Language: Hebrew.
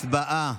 הצבעה.